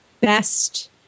best